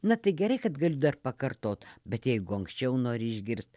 na tai gerai kad galiu dar pakartot bet jeigu anksčiau nori išgirst